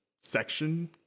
section